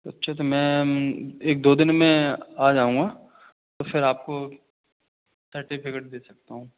अच्छा तो मैं एक दो दिन में आ जाऊँगा तो फिर आपको सर्टिफ़िकेट दे सकता हूँ